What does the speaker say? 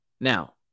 Now